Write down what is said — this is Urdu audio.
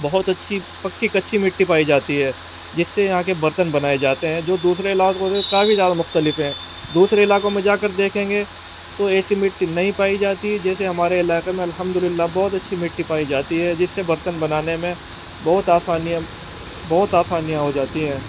بہت اچھی پکی اچھی مٹی پائی جاتی ہے جس سے یہاں کے برتن بنائے جاتے ہیں جو دوسرے علاقوں سے کافی دار مختلف ہیں دوسرے علاقوں میں جا کر دیکھیں گے تو ایسی مٹی نہیں پائی جاتی جیسے ہمارے علاقے میں الحمد للہ بہت اچھی مٹی پائی جاتی ہے جس سے برتن بنانے میں بہت آسانیاں بہت آسانیاں ہو جاتی ہیں